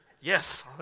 yes